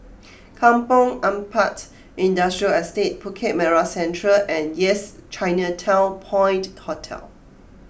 Kampong Ampat Industrial Estate Bukit Merah Central and Yes Chinatown Point Hotel